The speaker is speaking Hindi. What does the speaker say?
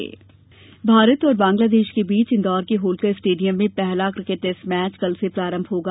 किकेट भारत और बांग्लादेश के बीच इन्दौर के होलकर स्टेडियम में पहला किकेट टेस्ट मैच कल से प्रारंभ होगा